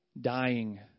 dying